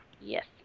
Yes